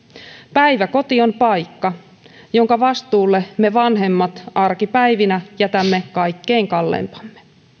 päiväkoti on paikka jonka vastuulle me vanhemmat arkipäivinä jätämme kaikkein kalleimpamme